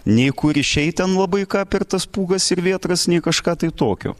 nei kur išeit ten labai ką per tas pūgas ir vėtras nei kažką tai tokio